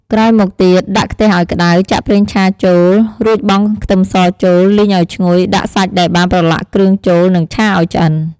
ក្រោយមកទៀត ដាក់ខ្ទះឱ្យក្ដៅ ចាក់ប្រងឆាចូល រួចបង់ខ្ទឹមសចូល លីងឱ្យឈ្ងុយ ដាក់សាច់ដែលបានប្រឡាក់គ្រឿងចូល និងឆាឱ្យឆ្អិន។